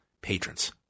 patrons